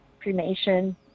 cremation